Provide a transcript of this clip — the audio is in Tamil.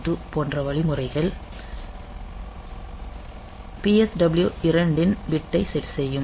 2 போன்ற வழிமுறைகள் PSW 2 இன் பிட்டை செட் செய்யும்